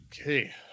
Okay